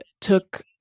took